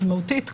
מהותית,